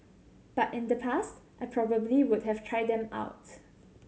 but in the past I probably would have tried them out